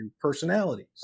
personalities